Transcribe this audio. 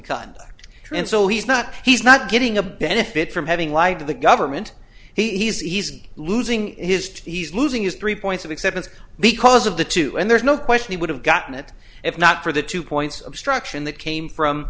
conduct trance all he's not he's not getting a benefit from having lied to the government he's easy losing his he's losing his three points of acceptance because of the two and there's no question he would have gotten it if not for the two points obstruction the case